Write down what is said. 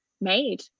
made